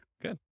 good